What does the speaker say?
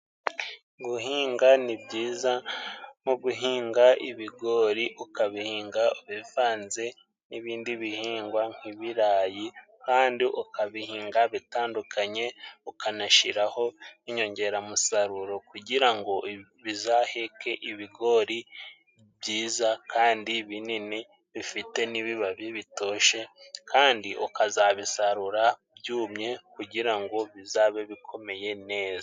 Guhinga ni byiza; nko guhinga ibigori ukabihinga ubivanze n' ibindi bihingwa, nk' ibirayi kandi ukabihinga bitandukanye, ukanashiraho inyongeramusaruro kugira ngo bizaheke ibigori byiza kandi binini bifite n' ibibabi bitoshye, kandi ukazabisarura byumye kugira ngo bizabe bikomeye neza.